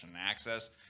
access